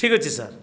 ଠିକ୍ ଅଛି ସାର୍